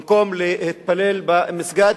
במקום להתפלל במסגד,